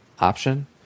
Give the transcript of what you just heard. option